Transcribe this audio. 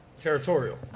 Territorial